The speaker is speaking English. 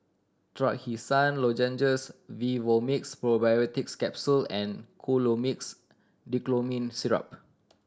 Rrachisan Lozenges Vivomixx Probiotics Capsule and Colimix Dicyclomine Syrup